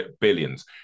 billions